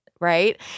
Right